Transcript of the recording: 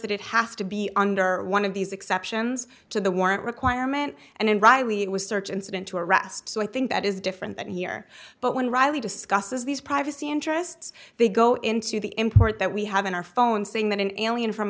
that it has to be under one of these exceptions to the warrant requirement and in riley it was search incident to arrest so i think that is different here but when riley discusses these privacy interests they go into the import that we have in our phone saying that an alien from